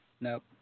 Nope